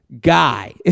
guy